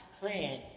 plan